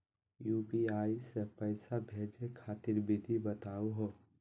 UPI स पैसा भेजै खातिर विधि बताहु हो?